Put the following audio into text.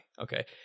okay